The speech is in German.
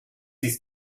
ist